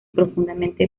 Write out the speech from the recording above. profundamente